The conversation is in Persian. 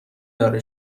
داره